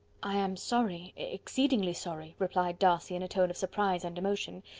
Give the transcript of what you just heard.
i am sorry, exceedingly sorry, replied darcy, in a tone of surprise and emotion,